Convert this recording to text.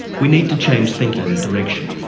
we need to change thinking and direction.